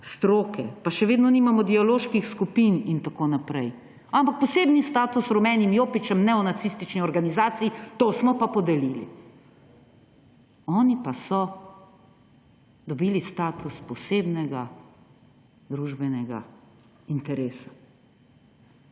stroke, pa še vedno nimamo dialoških skupin in tako naprej. Ampak poseben status Rumenim jopičem, neonacistični organizaciji, to smo pa podelili! Oni pa so dobili status posebnega družbenega interesa.